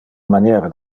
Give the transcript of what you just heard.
maniera